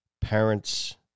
parents